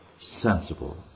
sensible